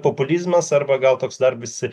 populizmas arba gal toks dar vis